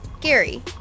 Gary